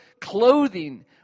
clothing